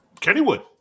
Kennywood